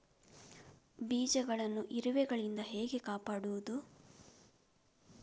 ಬೀಜವನ್ನು ಇರುವೆಗಳಿಂದ ಹೇಗೆ ಕಾಪಾಡುವುದು?